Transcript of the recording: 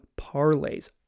parlays